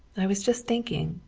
i was just thinking,